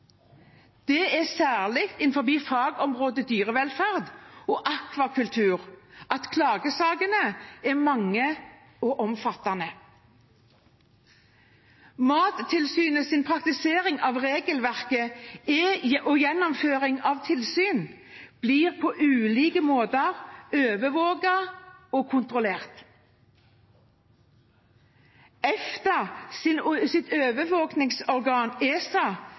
Det er særlig innen fagområdene dyrevelferd og akvakultur at klagesakene er mange og omfattende. Mattilsynets praktisering av regelverket og gjennomføring av tilsyn blir på ulike måter overvåket og kontrollert. EFTAs overvåkingsorgan ESA skal sikre at EFTA-statene Island, Liechtenstein og